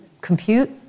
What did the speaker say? compute